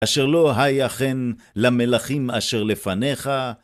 אשר לא היה כן למלאכים אשר לפניך.